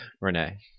Renee